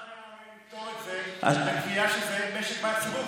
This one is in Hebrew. אפשר היה לפתור את זה בקביעה שזה משק מים סגור,